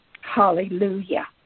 Hallelujah